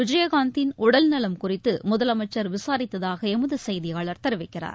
விஜயகாந்தின் உடல்நலம் குறித்து முதலமைச்சர் விசாரித்ததாக எமது செய்தியாளர் தெரிவிக்கிறார்